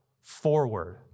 forward